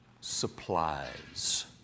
supplies